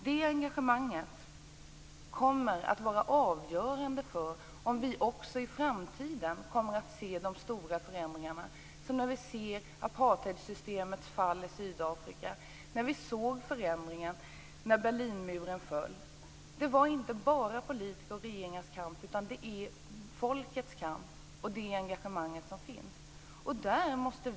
Det engagemanget är avgörande för om vi också i framtiden kommer att se några stora förändringar av typen apartheidsystemets fall i Sydafrika och Berlinmurens fall. Det var inte bara politikers och regeringars kamp utan det var också folkets kamp och folkets engagemang. Herr talman!